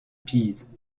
pise